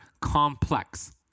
Complex